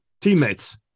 teammates